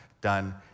done